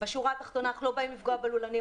באים לפגוע בלולנים,